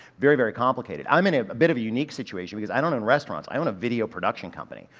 very, very complicated. i'm in a a bit of a unique situation because i don't own restaurants. i own a video production company.